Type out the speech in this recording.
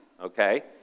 okay